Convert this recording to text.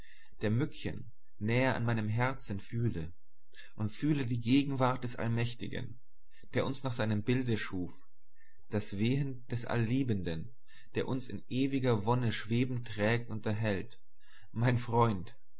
der mückchen näher an meinem herzen fühle und fühle die gegenwart des allmächtigen der uns nach seinem bilde schuf das wehen des alliebenden der uns in ewiger wonne schwebend trägt und erhält mein freund